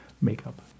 makeup